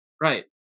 Right